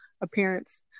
appearance